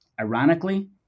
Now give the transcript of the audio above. Ironically